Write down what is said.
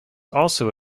also